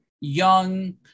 young